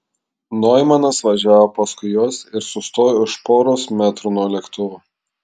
noimanas važiavo paskui juos ir sustojo už poros metrų nuo lėktuvo